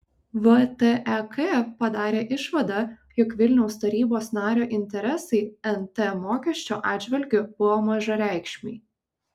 vtek padarė išvadą jog vilniaus tarybos nario interesai nt mokesčio atžvilgiu buvo mažareikšmiai